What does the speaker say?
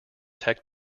tech